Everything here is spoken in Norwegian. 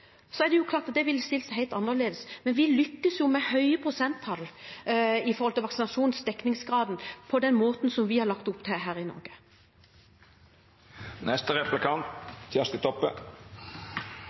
så er det klart at det ville stilt seg helt annerledes. Men vi lykkes jo med høye prosenttall når det gjelder vaksinasjonsdekningsgraden, på den måten som vi har lagt opp til her i